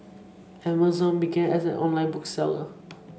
Amazon began as an online book seller